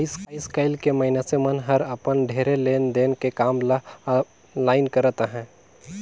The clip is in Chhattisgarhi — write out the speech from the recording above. आएस काएल के मइनसे मन हर अपन ढेरे लेन देन के काम ल आनलाईन करत अहें